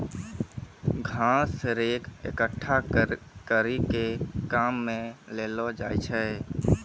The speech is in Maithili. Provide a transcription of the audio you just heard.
घास रेक एकठ्ठा करी के काम मे लैलो जाय छै